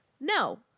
No